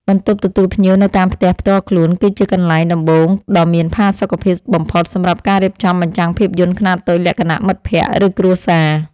បន្ទប់ទទួលភ្ញៀវនៅតាមផ្ទះផ្ទាល់ខ្លួន គឺជាកន្លែងដំបូងដ៏មានផាសុកភាពបំផុត សម្រាប់ការរៀបចំបញ្ចាំងភាពយន្តខ្នាតតូចលក្ខណៈមិត្តភក្តិ ឬគ្រួសារ។